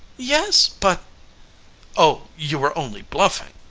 yes, but oh, you were only bluffing!